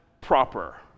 proper